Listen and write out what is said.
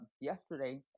yesterday